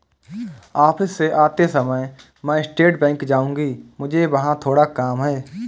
office से आते समय मैं स्टेट बैंक जाऊँगी, मुझे वहाँ थोड़ा काम है